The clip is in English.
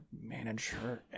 manager